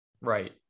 Right